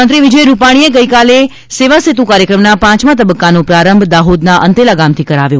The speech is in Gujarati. મુખ્યમંત્રી વિજય રૂપાણીએ ગઇકાલે સેવાસેતુ કાર્યક્રમના પાંચમા તબક્કાનો પ્રારંભ દાહોદના અંતેલા ગામથી કરાવ્યો